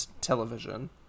television